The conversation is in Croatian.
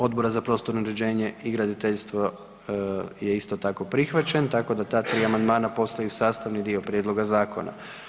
Odbora za prostorno uređenje i graditeljstvo je isto tako prihvaćen, tako da ta 3 amandmana postaju sastavni dio prijedloga zakona.